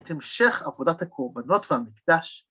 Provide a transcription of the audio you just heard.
‫את המשך עבודת הקורבנות והמקדש.